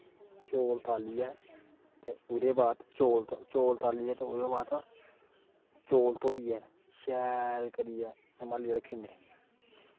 चौल तालियै ते ओह्दे बाद चौल तालियै ते चौल धोइयै शैल करियै संभालियै रक्खी ओड़ने